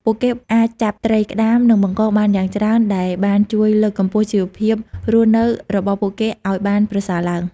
ពួកគេអាចចាប់ត្រីក្តាម និងបង្កងបានយ៉ាងច្រើនដែលបានជួយលើកកម្ពស់ជីវភាពរស់នៅរបស់ពួកគេឲ្យបានប្រសើរឡើង។